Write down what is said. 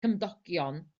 cymdogion